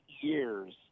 years